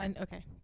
Okay